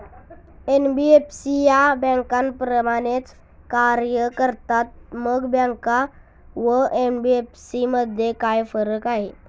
NBFC या बँकांप्रमाणेच कार्य करतात, मग बँका व एन.बी.एफ.सी मध्ये काय फरक आहे?